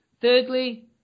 Thirdly